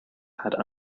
had